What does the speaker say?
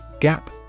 Gap